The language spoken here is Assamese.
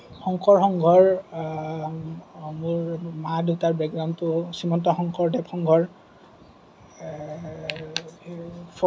শংকৰ সংঘৰ মোৰ মা দেউতাৰ বেকগ্ৰাউণ্ডটো শ্ৰীমন্ত শংকৰদেৱ সংঘৰ